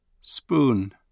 Spoon